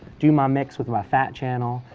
do my mix with my fat channel,